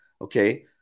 okay